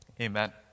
amen